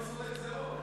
זה הכול בזכות הגזירות.